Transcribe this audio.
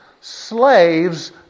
slaves